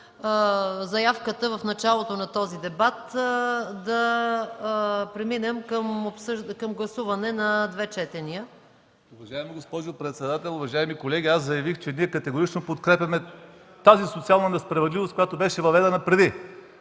заявката в началото на този дебат да преминем към гласуване на две четения. АХМЕД БАШЕВ (ДПС): Уважаема госпожо председател, уважаеми колеги! Заявих, че ние категорично не подкрепяме тази социална несправедливост, която беше въведена преди